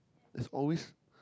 there's always